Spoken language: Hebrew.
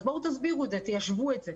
אז בואו תסבירו את זה, תיישבו את זה.